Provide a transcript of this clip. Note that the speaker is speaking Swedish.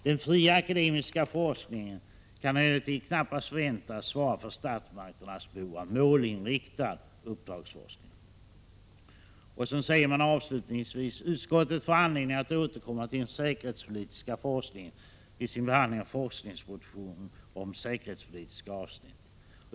Den fria akademiska forskningen kan emellertid knappast förväntas svara för statsmakternas behov av målinriktad uppdragsforskning.” Så skriver man avslutningsvis: ”Utskottet får anledning att återkomma till den säkerhetspolitiska forskningen vid sin behandling av forskningspropositionens säkerhetspolitiska avsnitt.